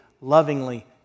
lovingly